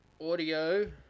audio